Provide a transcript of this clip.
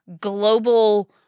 global